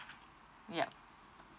yup